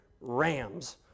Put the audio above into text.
rams